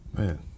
Man